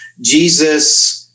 Jesus